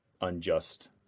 unjust